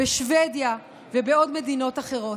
בשבדיה ובמדינות אחרות.